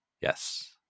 Yes